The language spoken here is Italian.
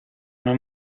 una